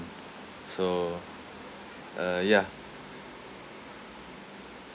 so uh ya